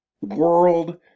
world